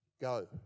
go